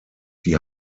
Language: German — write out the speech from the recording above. die